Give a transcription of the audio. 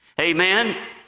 Amen